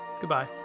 Goodbye